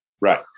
right